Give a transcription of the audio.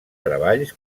treballs